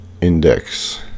index